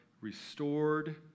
restored